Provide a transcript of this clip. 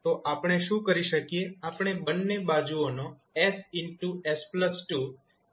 તો આપણે શું કરી શકીએ આપણે બંને બાજુઓનો ss2s3 દ્વારા ગુણાકાર કરી શકીએ